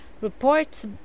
reports